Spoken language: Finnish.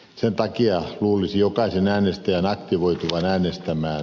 sen takia luulisi jokaisen äänestäjän aktivoituvan äänestämään